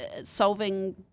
solving